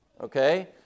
okay